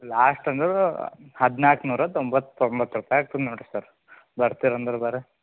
last ಅಂದರೂ ಹದಿನಾಲ್ಕು ನೂರ ತೊಂಬತ್ತೊಂಬತ್ತು ರೂಪಾಯಿ ಆಗ್ತದೆ ನೋಡಿರಿ ಸರ್ ಬರ್ತೀರ ಅಂದ್ರೆ ಬನ್ರಿ